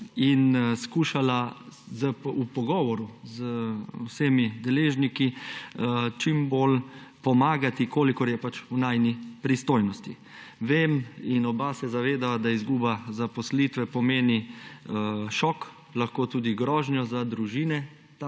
in skušala v pogovoru z vsemi deležniki čim bolj pomagati, kolikor je pač v najini pristojnosti. Vem in oba se zavedava, da izguba zaposlitve pomeni šok, lahko tudi grožnjo za družine